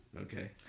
Okay